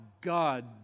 God